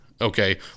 okay